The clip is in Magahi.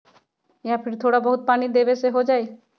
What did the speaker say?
या फिर थोड़ा बहुत पानी देबे से हो जाइ?